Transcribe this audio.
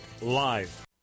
Live